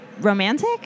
romantic